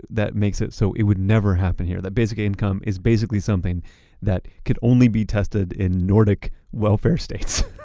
that makes it so it would never happen here that basic income is basically something that could only be tested in nordic welfare states